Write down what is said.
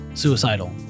Suicidal